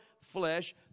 flesh